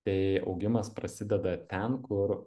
tai augimas prasideda ten kur